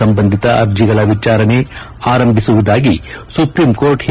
ಸಂಬಂಧಿತ ಅರ್ಜಿಗಳ ವಿಚಾರಣೆ ಆರಂಭಿಸುವುದಾಗಿ ಸುಪ್ರೀಂಕೋರ್ಟ್ ಹೇಳಿಕೆ